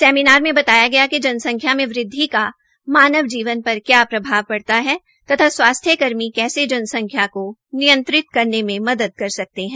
seminar में बताया कि जनसंख्या मे वृद्वि का मानव जीवन पर क्या प्रभव पड़ता है तथा स्वास्थ्य कर्मी कैसे जनसंख्या को नियंत्रित् करने मे मदद कर सकते है